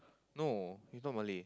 no he's not Malay